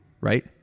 right